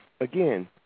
again